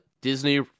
Disney